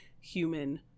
human